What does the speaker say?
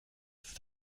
ist